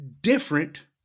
different